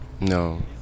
No